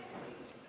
להצבעה.